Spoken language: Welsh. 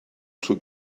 drwy